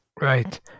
Right